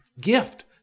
gift